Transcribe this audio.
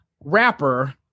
rapper